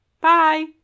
Bye